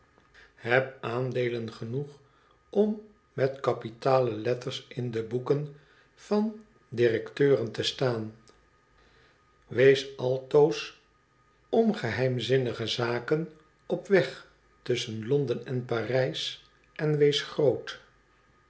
heb aandeelen genoeg om met kapitale letters in de boeken van directeuren te staan wees altoos om geheimzinnige zaken op weg tusschen londen en panjs en wees groot